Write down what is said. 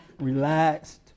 relaxed